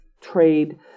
trade